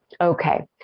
Okay